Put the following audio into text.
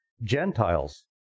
Gentiles